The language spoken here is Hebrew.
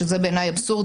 שזה בעיניי אבסורד,